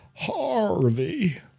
Harvey